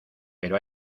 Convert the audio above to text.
pero